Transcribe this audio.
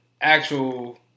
actual